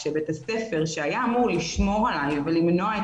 כשבית הספר שהיה אמור לשמור עלי ולמנוע את